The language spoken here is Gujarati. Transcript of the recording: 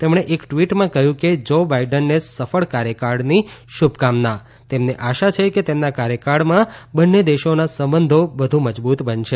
તેમણે એક ટ્વીટમાં કહ્યું કે શ્રી જો બાઈડનને સફળ કાર્યકાળની શુભકામના અને તેમને આશા છે કે તેમના કાર્યકાળમાં બંને દેશોના સંબંધો વધુ મજબૂત બનશે